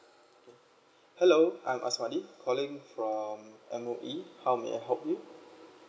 okay hello I'm Asmadi calling from M_O_E how may I help you